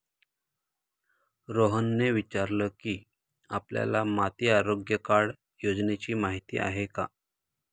रोहनने विचारले की, आपल्याला माती आरोग्य कार्ड योजनेची माहिती आहे का?